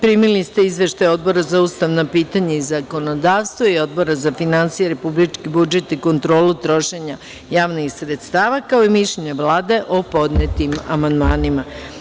Primili se Izveštaj Odbora za ustavna pitanja i zakonodavstvo i Odbora za finansije, republički budžet i kontrolu trošenja javnih sredstava, kao i mišljenje Vlade o podnetim amandmanima.